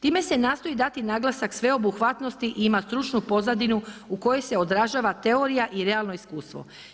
Time se nastoji dati naglasak sveobuhvatnosti i ima stručnu pozadinu u kojoj se odražava teorija i realno iskustvo.